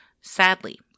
Sadly